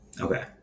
Okay